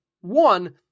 one